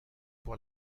pour